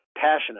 passionate